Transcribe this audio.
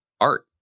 art